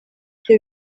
byo